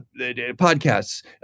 podcasts